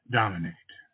dominate